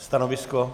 Stanovisko?